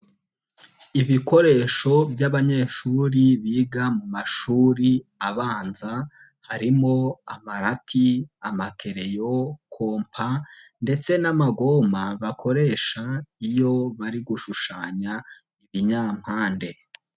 Ibikoresho by'abanyeshuri biga mu mashuri abanza, harimo amarati, amakereleyo, kompa ndetse n'amagoma, bakoresha iyo bari gushushanya ibinyampande.